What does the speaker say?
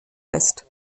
lässt